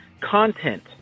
content